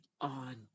on